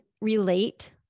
relate